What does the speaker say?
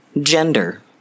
gender